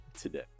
today